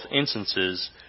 instances